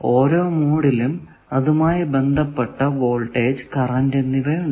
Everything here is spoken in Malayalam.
ഓരോ മോഡിലും അതുമായി ബന്ധപ്പെട്ട വോൾടേജ് കറന്റ് എന്നിവ ഉണ്ട്